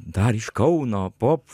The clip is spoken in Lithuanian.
dar iš kauno pop